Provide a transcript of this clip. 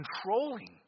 controlling